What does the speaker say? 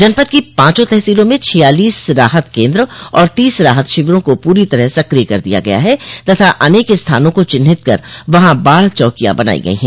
जनपद की पांचों तहसीलों में छियालीस राहत केन्द्र और तीस राहत शिविरों का पूरी तरह सक्रिय कर दिया गया है तथा अनेक स्थानों को चिन्हित कर वहां बाढ़ चौकियां बनाई गई हैं